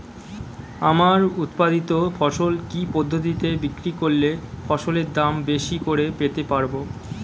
আমার উৎপাদিত ফসল কি পদ্ধতিতে বিক্রি করলে ফসলের দাম বেশি করে পেতে পারবো?